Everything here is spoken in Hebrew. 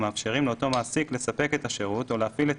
המאפשרים לאותו מעסיק לספק את השירות או להפעיל את